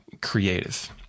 creative